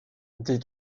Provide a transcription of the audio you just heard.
des